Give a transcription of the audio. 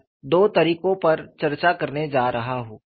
मैं दो तरीकों पर चर्चा करने जा रहा हूं